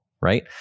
right